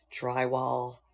drywall